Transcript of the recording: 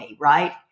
right